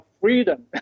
freedom